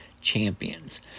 Champions